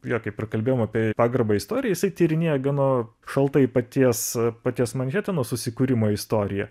jo kaip ir kalbėjom apie pagarbą istorijai jisai tyrinėja gana šaltai paties paties manheteno susikūrimo istoriją